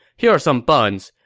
here are some buns.